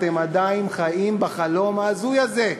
אתם עדיין חיים בחלום ההזוי הזה.